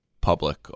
public